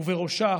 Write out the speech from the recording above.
ובראשה